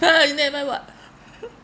!huh! you never [what]